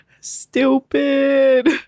Stupid